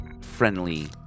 friendly